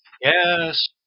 Yes